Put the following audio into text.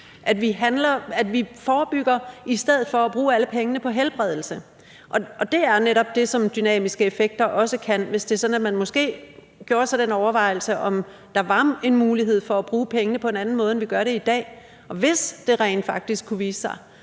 at vi forebygger i stedet for at bruge alle pengene på helbredelse. Det er netop det, som dynamiske effekter også kan, hvis man måske gjorde sig den overvejelse, om der var en mulighed for at bruge pengene på en anden måde, end vi gør det i dag. Hvis det rent faktisk kunne vise sig,